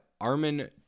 Armin